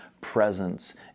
presence